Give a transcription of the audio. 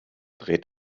dreht